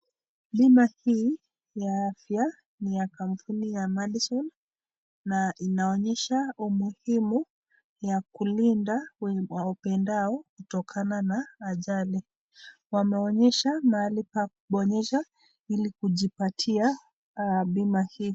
Bima hii ya afya ni ya kampuni ya Madison na inaonyesha umuhimu ya kulinda wapendao kutokana na ajali, wameonyesha mahali pa kubonyeza ili kujipatia bima hii.